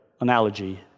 analogy